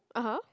(uh huh)